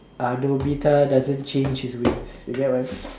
uh Nobita doesn't change his ways you get what I mean